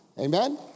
amen